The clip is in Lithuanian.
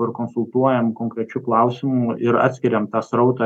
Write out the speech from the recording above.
kur konsultuojam konkrečiu klausimu ir atskiriam tą srautą